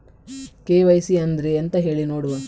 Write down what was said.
KYC ಅಂದ್ರೆ ಎಂತ ಹೇಳಿ ನೋಡುವ?